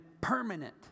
permanent